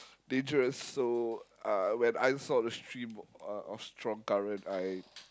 dangerous so uh when I saw the stream of of strong current I